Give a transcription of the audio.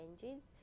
changes